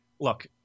Look